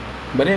save call